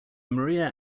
maria